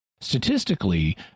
Statistically